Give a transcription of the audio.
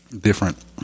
different